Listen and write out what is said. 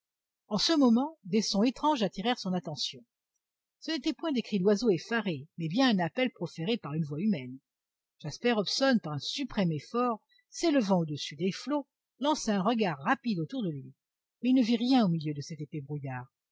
en ce moment des sons étranges attirèrent son attention ce n'étaient point des cris d'oiseaux effarés mais bien un appel proféré par une voix humaine jasper hobson par un suprême effort s'élevant au-dessus des flots lança un regard rapide autour de lui mais il ne vit rien au milieu de cet épais brouillard